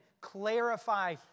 clarify